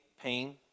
pain